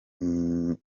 ibyombo